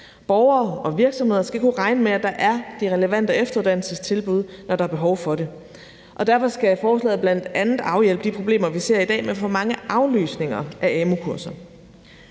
Borgere og virksomheder skal kunne regne med, at der er de relevante efteruddannelsestilbud, når der er behov for det. Derfor skal forslaget bl.a. afhjælpe de problemer, vi ser i dag, med for mange aflysninger af amu-kurser.